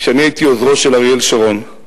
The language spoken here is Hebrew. כשאני הייתי עוזרו של אריאל שרון,